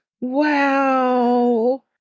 Wow